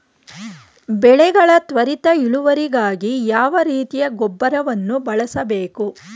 ಬೆಳೆಗಳ ತ್ವರಿತ ಇಳುವರಿಗಾಗಿ ಯಾವ ರೀತಿಯ ಗೊಬ್ಬರವನ್ನು ಬಳಸಬೇಕು?